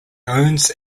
owns